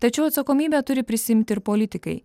tačiau atsakomybę turi prisiimti ir politikai